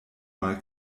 mal